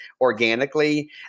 organically